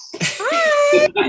Hi